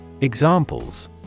examples